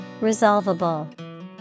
Resolvable